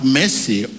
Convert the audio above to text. mercy